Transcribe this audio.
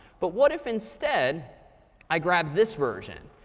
but what if instead i grab this version?